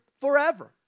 forever